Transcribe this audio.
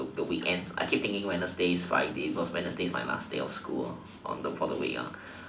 the the weekends I keep thinking wednesday is friday because wednesday is my last day of school on for the week